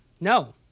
No